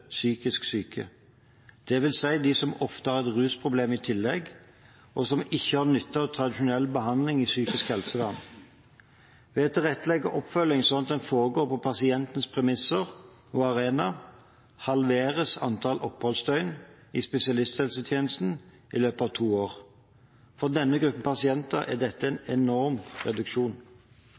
psykisk syke, det vil si de som ofte har et rusproblem i tillegg, og som ikke har nytte av tradisjonell behandling i psykisk helsevern. Ved å tilrettelegge oppfølgingen slik at den foregår på pasientens premisser og arena, halveres antallet oppholdsdøgn i spesialisthelsetjenesten i løpet av to år. For denne gruppen pasienter er dette en enorm reduksjon.